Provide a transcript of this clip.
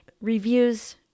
Reviews